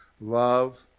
Love